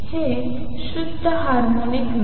हे शुद्ध हार्मोनिक नाही